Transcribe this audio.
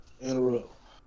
interrupt